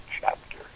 Chapter